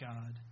God